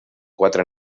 quatre